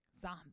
Zombie